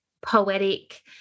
poetic